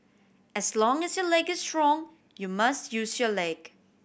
as long as your leg is strong you must use your leg